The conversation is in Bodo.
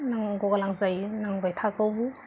नांगौ गोनां जायो नांबाय थागौबो